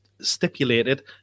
stipulated